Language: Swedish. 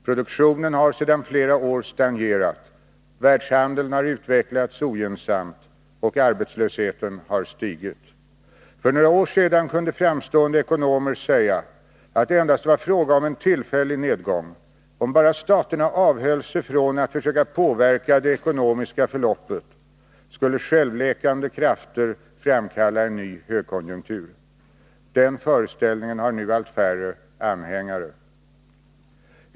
Produktionen har sedan flera år stagnerat, världshandeln har utvecklats ogynnsamt och arbetslösheten har stigit. För några år sedan kunde framstående ekonomer säga att det endast var fråga om en tillfällig nedgång. Om bara staterna avhöll sig från att försöka påverka det ekonomiska förloppet, skulle självläkande krafter framkalla en ny högkonjunktur. Den föreställningen har nu allt färre anhängare.